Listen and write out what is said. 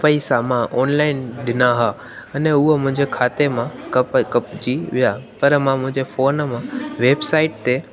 पैसा मां ऑनलाइन ॾिना हुआ अने उहो मुंहिंजे खाते मां कप कपिजी विया पर मां मुंहिंजे फ़ोन मां वेबसाइट ते